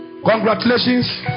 Congratulations